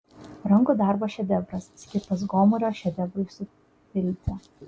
rankų darbo šedevras skirtas gomurio šedevrui supilti